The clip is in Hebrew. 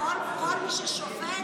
כל מי ששופט,